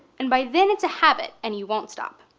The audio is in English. and by then it's a habit and you won't stop.